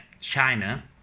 China